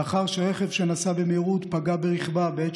לאחר שרכב שנסע במהירות פגע ברכבה בעת